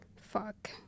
Fuck